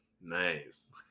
Nice